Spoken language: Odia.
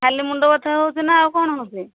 ଖାଲି ମୁଣ୍ଡ ବଥା ହେଉଛି ନା ଆଉ କ'ଣ ହେଉଛି